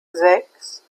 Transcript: sechs